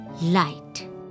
light